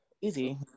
Easy